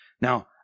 Now